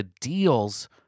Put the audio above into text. deals